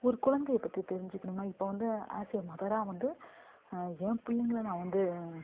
ஒரு குழந்தைய பற்றி தெரிஞ்சிக்கணும்னா இப்போ வந்து அஸ் ய மதராக வந்து என் பிள்ளைங்கள நான் வந்து